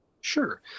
Sure